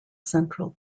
central